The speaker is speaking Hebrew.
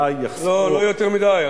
לא, לא יותר מדי.